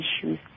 issues